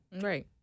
Right